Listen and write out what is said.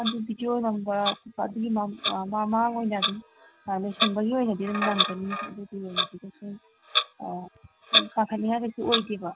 ꯑꯗꯨ ꯕꯤꯗꯣꯑꯣ ꯅꯝꯕ ꯈꯣꯠꯄ ꯑꯗꯨꯒꯤ ꯃꯃꯥꯡ ꯑꯣꯏꯅ ꯑꯗꯨꯝ ꯂꯣꯏꯁꯤꯟꯕꯒꯤ ꯑꯣꯏꯅꯗꯤ ꯑꯗꯨꯝ ꯅꯪꯒꯅꯤ ꯑꯗꯨꯒꯤ ꯑꯣꯏꯅꯗꯤ ꯀꯩꯁꯨꯝ ꯄꯥꯈꯠꯅꯤꯡꯉꯥꯏ ꯀꯩꯁꯨ ꯑꯣꯏꯗꯦꯕ